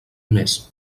més